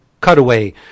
cutaway